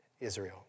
Israel